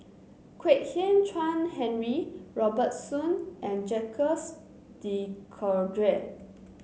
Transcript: Kwek Hian Chuan Henry Robert Soon and Jacques De Coutre